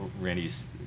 Randy's